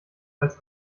als